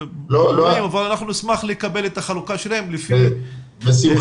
אבל אנחנו נשמח לקבל את החלוקה שלהם לפי יסודי,